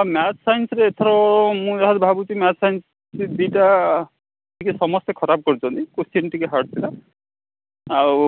ହଁ ମ୍ୟାଥ୍ ସାଇନ୍ସରେ ଏଥର ମୁଁ ଯାହା ଭାବୁଛି ମ୍ୟାଥ୍ ସାଇନ୍ସ ସେ ଦୁଇଟା ଟିକେ ସମସ୍ତେ ଖରାପ କରିଛନ୍ତି କୋଶ୍ଚିନ୍ ଟିକେ ହାର୍ଡ଼୍ ଥିଲା ଆଉ